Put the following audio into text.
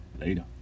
later